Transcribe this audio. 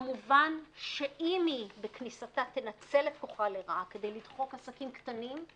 כמובן שאם בכניסתה היא תנצל את כוחה לרעה כדי לדחוק עסקים קטנים,